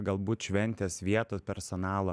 galbūt šventės vietų personalo